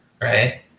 right